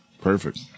Perfect